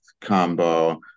Combo